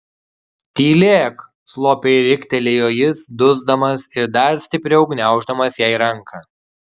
tylėk slopiai riktelėjo jis dusdamas ir dar stipriau gniauždamas jai ranką